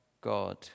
God